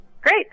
Great